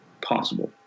possible